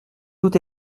doute